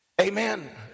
Amen